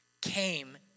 came